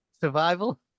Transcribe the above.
Survival